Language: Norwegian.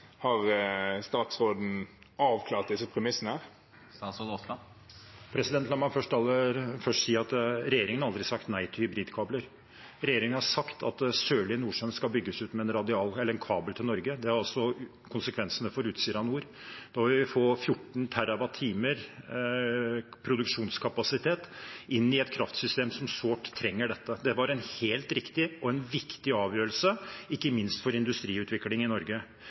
Har statsråden avklart disse premissene? La meg aller først si at regjeringen har aldri sagt nei til hybridkabler. Regjeringen har sagt at Sørlige Nordsjø skal bygges ut med en kabel til Norge. Det er også konsekvensene for Utsira Nord. Nå vil vi få 14 TWh-produksjonskapasitet inn i et kraftsystem som sårt trenger det. Det var en helt riktig og viktig avgjørelse – ikke minst for industriutviklingen i Norge.